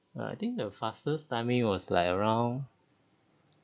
uh I think the fastest timing was like around